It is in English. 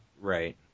Right